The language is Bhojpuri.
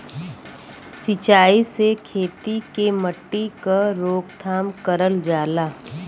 सिंचाई से खेती के मट्टी क रोकथाम करल जाला